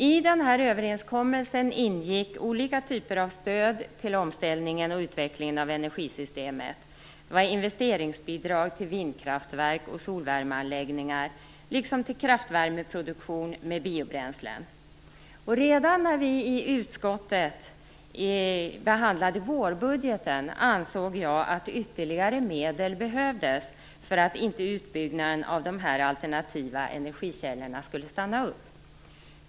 I överenskommelsen ingick olika typer av stöd till omställningen och utvecklingen av energisystemet - investeringsbidrag till vindkraftverk och solvärmeanläggningar liksom till kraftvärmeproduktion med biobränslen. Redan då vi i utskottet behandlade vårbudgeten ansåg jag att ytterligare medel behövdes för att utbyggnaden av de alternativa energikällorna inte skulle stanna upp.